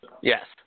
Yes